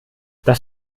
das